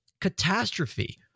catastrophe